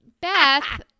Beth